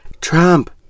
Trump